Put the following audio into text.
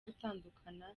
gutandukana